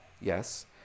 yes